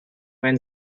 when